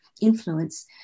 influence